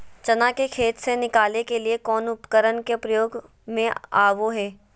चना के खेत से निकाले के लिए कौन उपकरण के प्रयोग में आबो है?